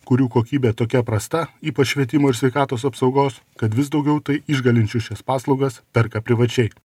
kurių kokybė tokia prasta ypač švietimo ir sveikatos apsaugos kad vis daugiau tai išgalinčių šias paslaugas perka privačiai